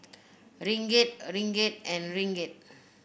Ringgit Ringgit and Ringgit